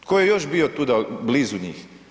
Tko je još bio tuda blizu njih?